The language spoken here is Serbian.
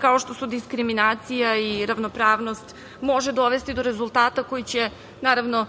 kao što su diskriminacija i ravnopravnost može dovesti do rezultata koji će se, naravno,